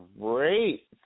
great